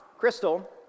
Crystal